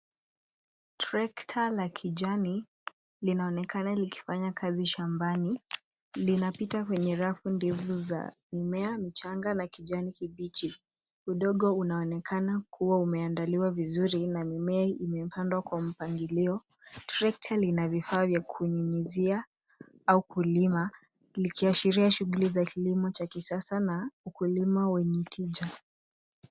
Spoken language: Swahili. Trekta la kijani linaonekana likifanya kazi shambani. Linapita kwenye rafu ndefu za mimea michanga na kijani kibichi. Udongo unaonekana kuwa umeandaliwa vizuri na mimea imepandwa kwa mpangilio. Trekta lina vifaa vya kunyunyizia au kulima likiashiria shughuli za kilimo cha kisasa na ukulima wenye tija.